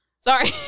Sorry